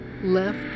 Left